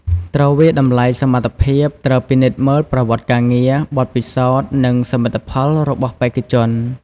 ត្រូវវាយតម្លៃសមត្ថភាព ត្រូវពិនិត្យមើលប្រវត្តិការងារ បទពិសោធន៍ និងសមិទ្ធផលរបស់បេក្ខជន។